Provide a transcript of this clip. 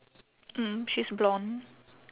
mm she's blonde